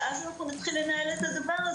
ואז אנחנו נתחיל לנהל את הדבר הזה.